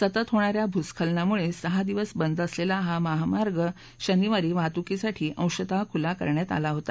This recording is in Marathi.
सतत होणाऱ्या भूस्खलनामुळे सहा दिवस बंद असलेला हा महामार्ग शनिवारी वाहतुकीसाठी अंशत खुला करण्यात आला होता